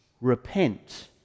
Repent